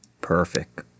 Perfect